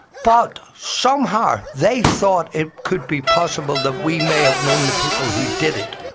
but somehow, they thought it could be possible that we may have known the people who did it.